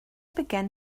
began